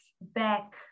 back